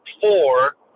four